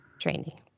training